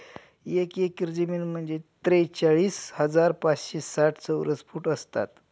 एक एकर जमीन म्हणजे त्रेचाळीस हजार पाचशे साठ चौरस फूट असतात